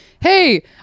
hey